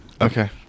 okay